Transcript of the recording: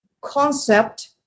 concept